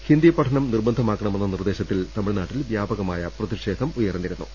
ഹിന്ദിപഠനം നിർബന്ധ മാക്കണമെന്ന നിർദ്ദേശത്തിൽ തമിഴ്നാട്ടിൽ വ്യാപകമായ പ്രതിഷേധം ഉയർന്നിരു ന്നു